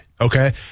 Okay